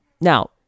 Now